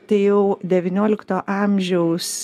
tai jau devyniolikto amžiaus